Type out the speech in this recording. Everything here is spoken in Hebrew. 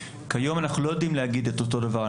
כיום אנחנו לא יודעים להגיד את אותו דבר,